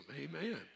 Amen